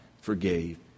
forgave